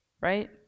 right